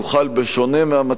בשונה מהמצב היום,